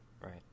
Right